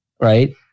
right